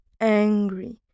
angry